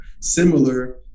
similar